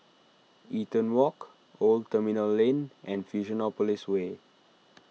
Eaton Walk Old Terminal Lane and Fusionopolis Way